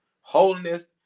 Holiness